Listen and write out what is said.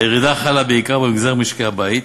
הירידה חלה בעיקר במגזר משקי הבית,